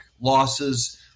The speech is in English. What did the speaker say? losses